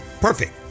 Perfect